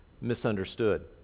misunderstood